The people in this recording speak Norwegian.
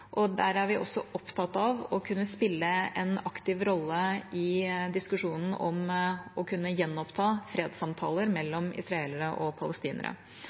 og der er vi også opptatt av å kunne spille en aktiv rolle i diskusjonen om å kunne gjenoppta fredssamtaler mellom israelere og palestinere.